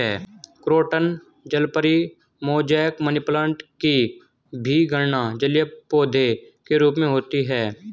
croton जलपरी, mosaic, money plant की भी गणना जलीय पौधे के रूप में होती है